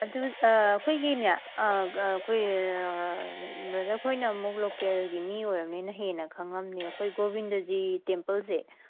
ꯑꯗꯨ ꯑꯩꯈꯣꯏꯒꯤꯅꯦ ꯕ꯭ꯔꯗꯔ ꯈꯣꯏꯅꯃꯨꯛ ꯂꯣꯀꯦꯜꯒꯤ ꯃꯤ ꯑꯣꯏꯔꯝꯅꯤꯅ ꯍꯦꯟꯅ ꯈꯪꯉꯝꯅꯤ ꯑꯩꯈꯣꯏ ꯒꯣꯚꯤꯟꯗꯖꯤꯒꯤ ꯇꯦꯝꯄꯜꯁꯦ